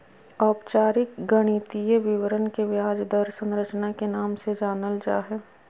औपचारिक गणितीय विवरण के ब्याज दर संरचना के नाम से जानल जा हय